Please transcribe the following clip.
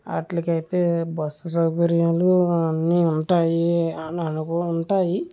వాట్లకైతే bus సౌకర్యాలు అన్నీ ఉంటాయి అని అను ఉంటాయి